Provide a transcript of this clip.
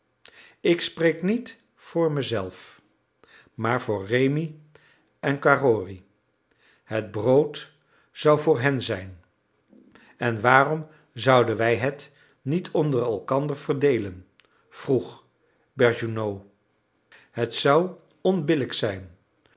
ik spreek niet voor mezelf maar voor rémi en carrory het brood zou voor hen zijn en waarom zouden wij het niet onder elkander verdeelen vroeg bergounhoux dat zou onbillijk zijn